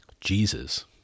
Jesus